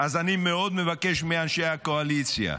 אז אני מאוד מבקש מאנשי הקואליציה,